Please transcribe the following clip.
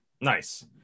Nice